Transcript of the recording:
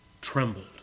trembled